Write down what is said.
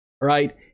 right